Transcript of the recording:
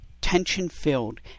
tension-filled